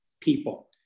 people